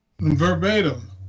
verbatim